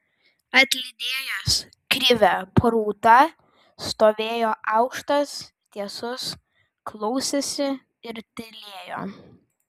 atlydėjęs krivę prūtą stovėjo aukštas tiesus klausėsi ir tylėjo